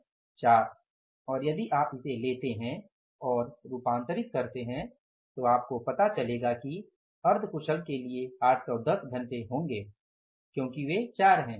4 और यदि आप इसे लेते हैं और रूपांतरित करते हैं तो आपको पता चलेगा कि अर्ध कुशल के लिए 810 घंटे होंगे क्योंकि वे 4 हैं